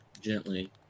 gently